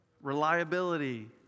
reliability